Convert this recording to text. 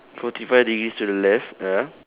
forty five degrees to the left ya